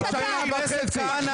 בחיים לא דיברתי ככה.